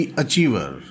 achiever